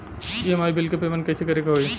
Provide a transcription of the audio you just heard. EMI bill के payment कइसे करे के होई?